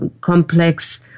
complex